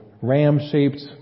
ram-shaped